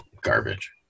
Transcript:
garbage